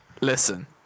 Listen